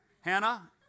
Hannah